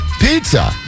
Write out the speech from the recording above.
pizza